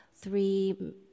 three